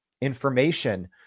information